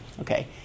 okay